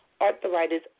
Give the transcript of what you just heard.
arthritis